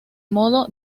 modo